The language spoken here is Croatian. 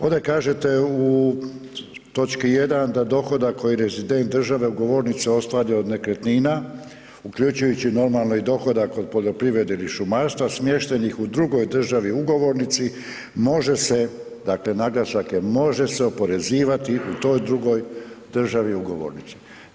Ovde kažete u točki 1. da dohodak koji rezident države ugovornice ostvari od nekretnina, uključujući normalno i dohodak od poljoprivrede ili šumarstva smještenih u drugoj državi ugovornici, može se, dakle naglasak je može se oporezivati u toj drugoj državi ugovornici.